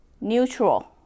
Neutral